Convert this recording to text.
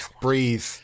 breathe